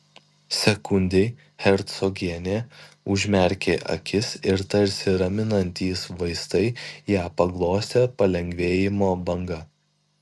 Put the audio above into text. sekundei hercogienė užmerkė akis ir tarsi raminantys vaistai ją paglostė palengvėjimo banga